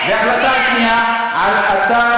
מדברת על הכרזה על העיר